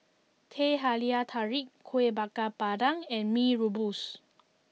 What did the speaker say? Teh Halia Tarik Kuih Bakar Pandan and Mee Rebus